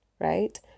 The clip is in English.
right